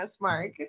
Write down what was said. Mark